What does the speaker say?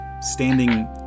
standing